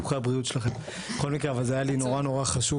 אחת מ-10 מיליון ל-50 מיליון בבסיס,